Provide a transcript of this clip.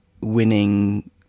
winning